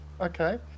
Okay